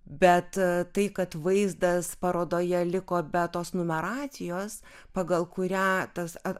bet tai kad vaizdas parodoje liko be tos numeracijos pagal kurią tas ar